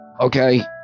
Okay